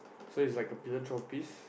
so he's like a philanthropist